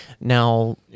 now